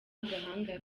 agahanga